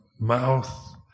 mouth